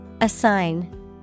Assign